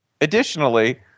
additionally